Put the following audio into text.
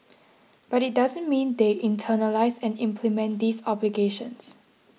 but it doesn't mean they internalise and implement these obligations